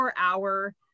hour